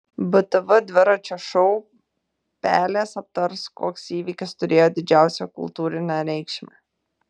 btv dviračio šou pelės aptars koks įvykis turėjo didžiausią kultūrinę reikšmę